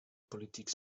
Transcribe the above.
politieke